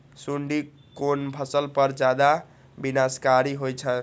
सुंडी कोन फसल पर ज्यादा विनाशकारी होई छै?